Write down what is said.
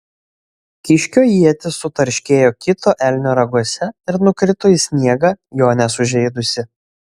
kiškio ietis sutarškėjo kito elnio raguose ir nukrito į sniegą jo nesužeidusi